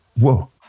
whoa